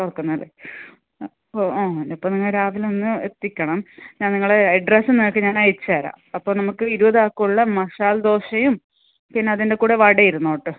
തുറക്കുന്നുണ്ട് ആ അപ്പോൾ നിങ്ങൾ രാവിലെയൊന്ന് എത്തിക്കണം ഞാൻ നിങ്ങളെ അഡ്രെസ്സ് നിങ്ങൾക്ക് ഞാൻ അയച്ച് തരാം അപ്പോൾ നമുക്ക് ഇരുപതാൾക്കുള്ള മസാല ദോശയും പിന്നതിൻ്റെ കൂടെ വടേം ഇരുന്നോട്ട്